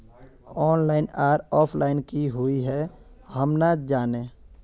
Online आर offline की हुई है हम ना जाने?